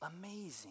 amazing